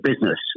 business